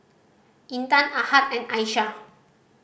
Intan Ahad and Aisyah